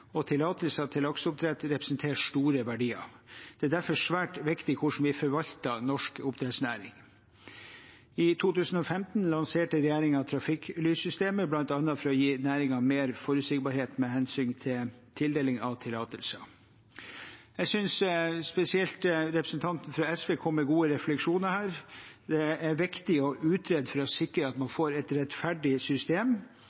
og tillatelser til lakseoppdrett representerer store verdier. Det er derfor svært viktig hvordan vi forvalter norsk oppdrettsnæring. I 2015 lanserte regjeringen trafikklyssystemet, bl.a. for å gi næringen større forutsigbarhet med hensyn til tildeling av tillatelser. Jeg synes spesielt representanten fra SV kom med gode refleksjoner her. Det er viktig å utrede for å sikre at man